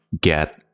get